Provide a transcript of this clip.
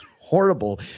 Horrible